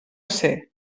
ser